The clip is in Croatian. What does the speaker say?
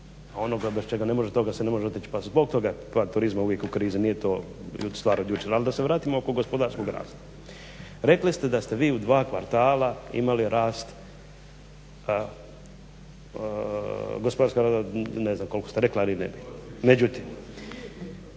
A onoga bez čega ne može toga se ne može odreći pa zbog je pad turizma uvijek u krizi nije to stvar od jučer. Ali da se vratim oko gospodarskog rasta. Rekli ste da ste vi u dva kvartala imali rast gospodarski ne znam koliko ste rekli ali nebitno. Međutim